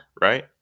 right